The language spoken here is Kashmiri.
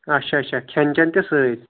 اَچھا اَچھا کھٮ۪ن چٮ۪ن تہِ سۭتۍ